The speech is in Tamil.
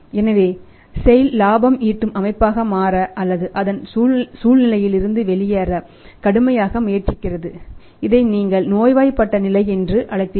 எனவே செய்ல் லாபம் ஈட்டும் அமைப்பாக மாற அல்லது அதன் சூழ்நிலையிலிருந்து வெளியேவர காணகடுமையாக முயற்சிக்கிறது இதை நீங்கள் நோய்வாய்ப்பட்ட நிலை என்று அழைத்தீர்கள்